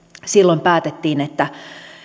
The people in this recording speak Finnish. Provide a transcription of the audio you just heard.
silloin päätettiin että